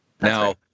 Now